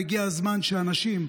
והגיע הזמן שאנשים,